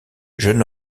jeune